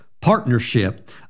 partnership